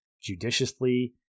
judiciously